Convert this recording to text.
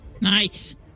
Nice